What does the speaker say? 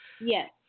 Yes